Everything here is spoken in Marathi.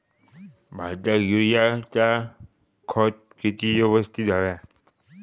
भाताक युरियाचा खत किती यवस्तित हव्या?